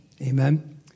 amen